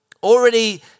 already